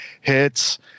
hits